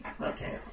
Okay